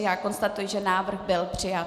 Já konstatuji, že návrh byl přijat.